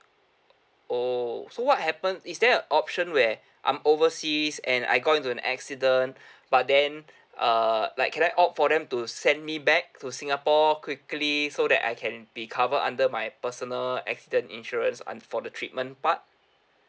oh so what happen is there a option where I'm overseas and I got into an accident but then err like can I opt for them to send me back to singapore quickly so that I can be covered under my personal accident insurance uh for the treatment part